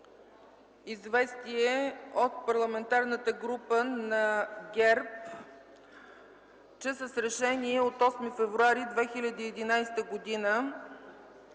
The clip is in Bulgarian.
известие от Парламентарната група на ГЕРБ с решение от 8 февруари 2011 г.: